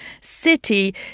city